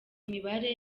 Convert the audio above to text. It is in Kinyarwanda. mibare